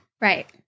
right